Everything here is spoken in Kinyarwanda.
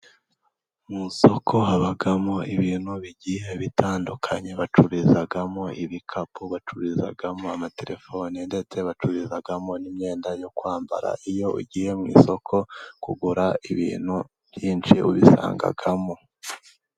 Mu isoko habamo ibintu bigiye bitandukanye bacururizamo ibikapu, bacururizamo amatelefoni ndetse bacururizamo n'imyenda yo kwambara, iyo ugiye mu isoko kugura ibintu byinshi ubisangamo.